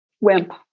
WIMP